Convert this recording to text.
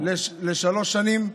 לשלוש שנים.